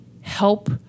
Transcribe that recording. help